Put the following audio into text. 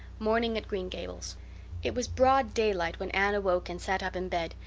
morning at green gables it was broad daylight when anne awoke and sat up in bed,